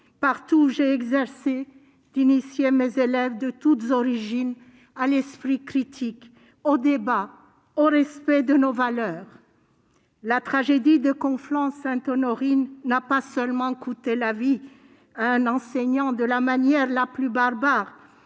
partout où j'ai exercé, d'initier mes élèves de toutes origines à l'esprit critique, au débat, au respect de nos valeurs. La tragédie de Conflans-Sainte-Honorine n'a pas seulement coûté la vie à un enseignant de la manière la plus barbare.